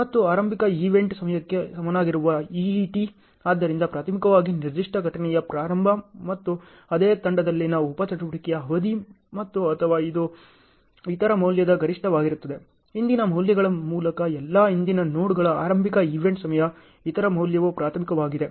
ಮತ್ತು ಆರಂಭಿಕ ಈವೆಂಟ್ ಸಮಯಕ್ಕೆ ಸಮನಾಗಿರುವ EET ಆದ್ದರಿಂದ ಪ್ರಾಥಮಿಕವಾಗಿ ನಿರ್ದಿಷ್ಟ ಘಟನೆಯ ಪ್ರಾರಂಭ ಮತ್ತು ಅದೇ ತಂಡದಲ್ಲಿನ ಉಪ ಚಟುವಟಿಕೆಯ ಅವಧಿ ಮತ್ತು ಅಥವಾ ಅದು ಇತರ ಮೌಲ್ಯದ ಗರಿಷ್ಠವಾಗಿರುತ್ತದೆ ಹಿಂದಿನ ಮೌಲ್ಯಗಳ ಮೂಲಕ ಎಲ್ಲಾ ಹಿಂದಿನ ನೋಡ್ಗಳ ಆರಂಭಿಕ ಈವೆಂಟ್ ಸಮಯ ಇತರ ಮೌಲ್ಯವು ಪ್ರಾಥಮಿಕವಾಗಿದೆ